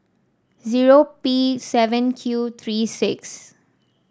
zero P seven Q three six